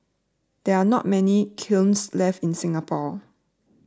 there are not many kilns left in Singapore